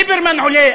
ליברמן עולה,